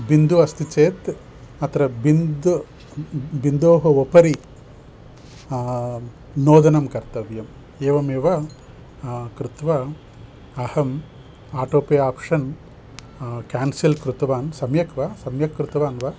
बिन्दुः अस्ति चेत् अत्र बिन्दुः बिन्दोः उपरि नोदनं कर्तव्यम् एवमेव कृत्वा अहम् आटो पे आप्षन् क्यान्सेल् कृतवान् सम्यक् वा सम्यक् कृतवान् वा